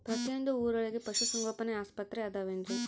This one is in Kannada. ಪ್ರತಿಯೊಂದು ಊರೊಳಗೆ ಪಶುಸಂಗೋಪನೆ ಆಸ್ಪತ್ರೆ ಅದವೇನ್ರಿ?